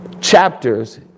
chapters